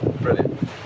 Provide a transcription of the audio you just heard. Brilliant